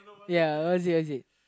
ya